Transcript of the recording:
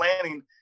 planning